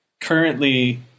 currently –